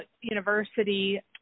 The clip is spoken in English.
university